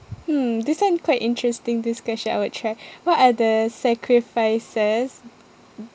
hmm this one quite interesting this question I would try what are the sacrifices